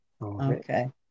Okay